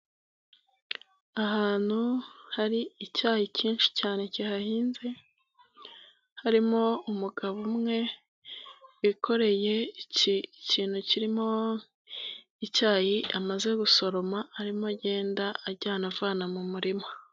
Ahantu hari icyayi cyinshi cyane kihahinze, harimo umugabo umwe wikoreye ikintu kirimo icyayi amaze gusoroma arimo agenda ajyana avana mu murima.